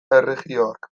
erregioak